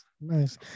Nice